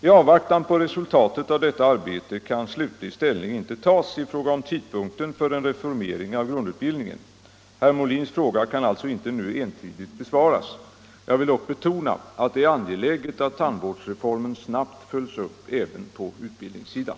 I avvaktan på resultatet av detta arbete kan slutlig ställning inte tas i fråga om tidpunkten för en reformering av grundutbildningen. Herr Molins fråga kan alltså inte nu entydigt besvaras. Jag vill dock betona att det är angeläget att tandvårdsreformen snabbt följs upp även på utbildningssidan.